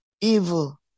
evil